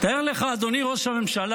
תאר לך, אדוני ראש הממשלה,